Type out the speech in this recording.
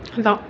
அதுதான்